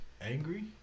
angry